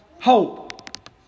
hope